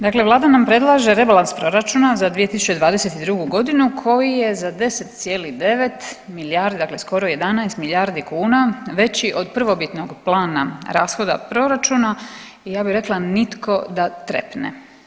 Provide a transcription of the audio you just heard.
Dakle, Vlada nam predlaže rebalans proračuna za 2022. godinu koji je za 10,9 milijardi dakle skoro 11 milijardi kuna veći od prvobitnog plana rashoda od proračuna i ja bih rekla nitko da trepne.